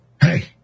hey